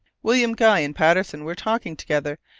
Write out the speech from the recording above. william guy and patterson were talking together,